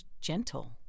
gentle